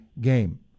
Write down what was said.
game